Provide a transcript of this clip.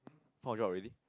found a job already